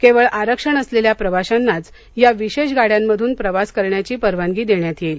केवळ आरक्षण असलेल्या प्रवाशांनाच या विशेष गाड्यांमधून प्रवास करण्याची परवानगी देण्यात येईल